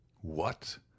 What